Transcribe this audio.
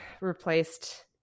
replaced